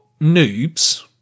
noobs